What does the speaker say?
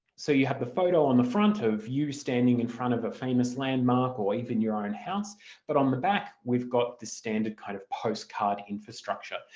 so you have the photo on the front of you standing in front of a famous landmark or even your own house but on the back we've got this standard kind of postcard infrastructure.